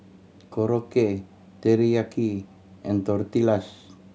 Korokke Teriyaki and Tortillas